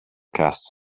casts